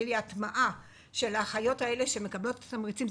לי הטמעה של האחיות האלה שמקבלות את התמריצים.